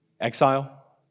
Exile